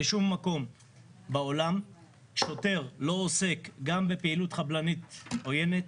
בשום מקום בעולם שוטר לא עוסק בפעילות חבלנית עוינת,